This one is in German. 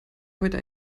heute